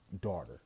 daughter